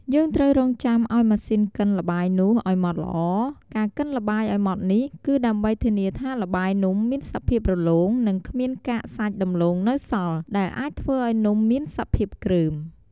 យើងត្រូវរង់ចាំឱ្យម៉ាស៊ីនកិនល្បាយនោះឱ្យម៉ត់ល្អ ការកិនល្បាយឱ្យម៉ត់នេះ គឺដើម្បីធានាថាល្បាយនំមានសភាពរលោង និងគ្មានកាកសាច់ដំឡូងនៅសល់ ដែលអាចធ្វើឱ្យនំមានសភាពគ្រើម។